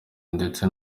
ndetse